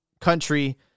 country